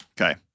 Okay